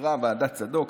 תקרא את ועדת צדוק,